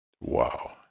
Wow